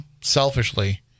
selfishly